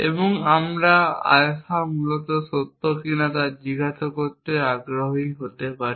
এবং আমরা আলফা মূলত সত্য কিনা তা জিজ্ঞাসা করতে আগ্রহী হতে পারি